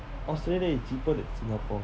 australia is cheaper than singapore